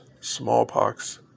smallpox